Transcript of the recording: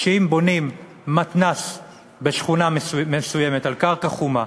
שאם בונים מתנ"ס בשכונה מסוימת על קרקע חומה,